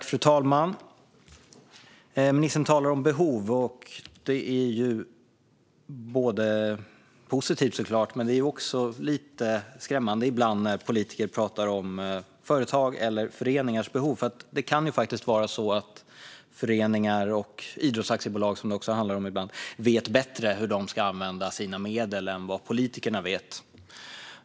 Fru talman! Ministern talar om behov, och det är såklart positivt men också lite skrämmande ibland när politiker talar om företags eller föreningars behov. Det kan faktiskt vara så att föreningar och idrottsaktiebolag, som det också handlar om ibland, vet bättre än politikerna hur de ska använda sina medel.